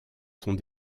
sont